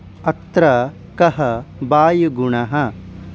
अत्र कः वायुगुणः